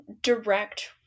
direct